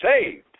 saved